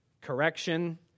Correction